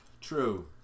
true